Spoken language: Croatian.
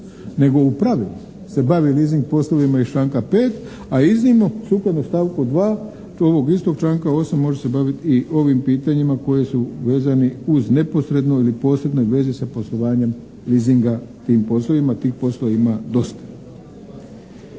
nego u pravilu se bavi leasing poslovima iz članka 5. a iznimno, sukladno stavku 2. ovog istog članka 8. može se baviti i ovim pitanjima koji su vezani uz neposredno ili posrednoj vezi sa poslovanjem leasinga tim poslovima, tih poslova ima dosta.